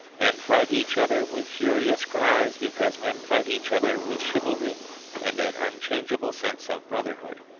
men fight each other with furious cries, because men fight each other with chivalry and an unchangeable sense of brotherhood.